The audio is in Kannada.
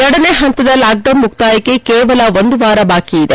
ಎರಡನೇ ಹಂತದ ಲಾಕ್ಡೌನ್ ಮುಕ್ತಾಯಕ್ಕೆ ಕೇವಲ ಒಂದು ವಾರ ಬಾಕಿ ಇದೆ